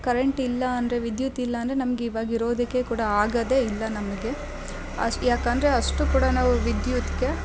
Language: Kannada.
ಕರೆಂಟ್ ಇಲ್ಲ ಅಂದರೆ ವಿದ್ಯುತ್ ಇಲ್ಲ ಅಂದರೆ ನಮ್ಗೆ ಇವಾಗ ಇರೋದಕ್ಕೆ ಕೂಡ ಆಗೋದೆ ಇಲ್ಲ ನಮಗೆ ಅಷ್ಟು ಯಾಕಂದರೆ ಅಷ್ಟು ಕೂಡ ನಾವು ವಿದ್ಯುತ್ಗೆ